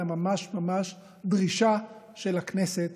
אלא ממש ממש דרישה של הכנסת